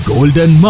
Golden